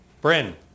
Bryn